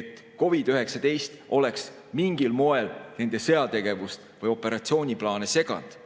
et COVID‑19 oleks mingil moel nende sõjategevust või operatsiooniplaane seganud.